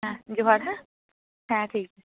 ᱦᱮᱸ ᱡᱚᱦᱟᱨ ᱦᱮᱸ ᱦᱮᱸ ᱴᱷᱤᱠ